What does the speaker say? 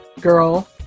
girl